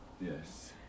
yes